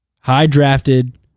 high-drafted